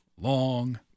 long